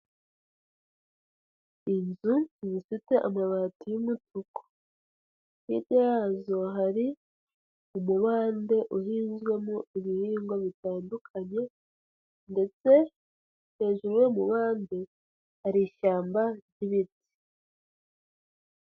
Inzu zifite amabati y'umutuku, hirya yazo hari umubande uhinzwemo ibihingwa bitandukanye ndetse hejuru y'uwo mubande hari ishyamba ry'ibiti.